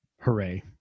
Hooray